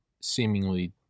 seemingly